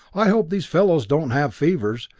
i hope these fellows don't have fevers.